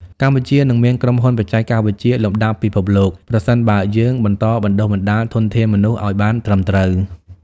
កម្ពុជានឹងមានក្រុមហ៊ុនបច្ចេកវិទ្យាលំដាប់ពិភពលោក ប្រសិនបើយើងបន្តបណ្ដុះបណ្ដាលធនធានមនុស្សឱ្យបានត្រឹមត្រូវ។